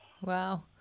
Wow